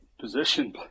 position